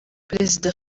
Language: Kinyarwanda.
perezida